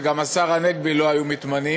וגם השר הנגבי לא היה מתמנה.